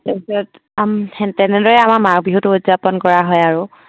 তাৰপিছত তেনেদৰে আমাৰ মাঘ বিহুটো উদযাপন কৰা হয় আৰু